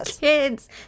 kids